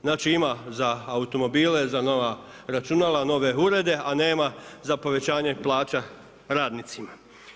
Znači ima za automobile, za računala, za nove urede, a nema za povećanje plaća radnicima.